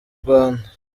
rwanda